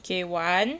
K one